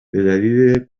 بدلیل